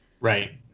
Right